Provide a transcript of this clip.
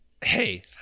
hey